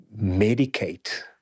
medicate